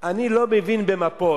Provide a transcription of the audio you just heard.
ערב-הסעודית,